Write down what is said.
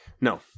no